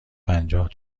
پنجاه